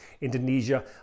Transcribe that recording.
Indonesia